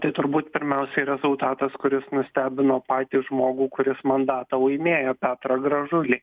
tai turbūt pirmiausiai rezultatas kuris nustebino patį žmogų kuris mandatą laimėjo petrą gražulį